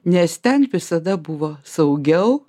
nes ten visada buvo saugiau